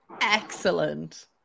Excellent